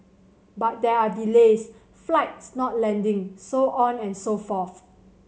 but there are delays flights not landing so on and so forth